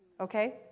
okay